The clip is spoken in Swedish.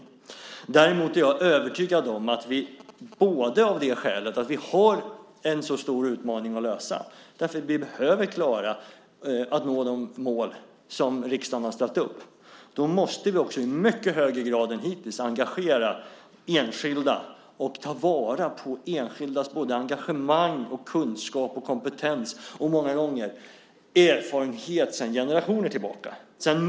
Jag är däremot övertygad om att vi eftersom vi har en så stor utmaning - vi måste klara att nå de mål som riksdagen har ställt upp - i mycket högre grad än hittills måste engagera enskilda och ta vara på enskildas engagemang, kunskap, kompetens och många gånger erfarenhet sedan generationer tillbaka.